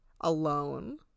alone